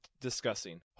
discussing